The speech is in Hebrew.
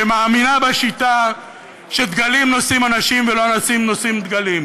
שמאמינה בשיטה שדגלים נושאים אנשים ולא אנשים נושאים דגלים.